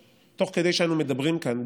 תוך כדי שאנו מדברים כאן,